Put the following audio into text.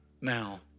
now